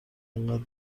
اینقدر